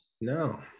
No